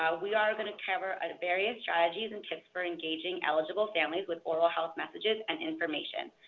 ah we are going to cover ah various strategies and tips for engaging eligible families with oral health messages and information.